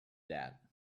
that